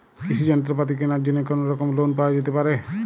কৃষিযন্ত্রপাতি কেনার জন্য কোনোরকম লোন পাওয়া যেতে পারে?